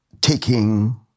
taking